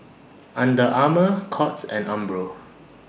Under Armour Courts and Umbro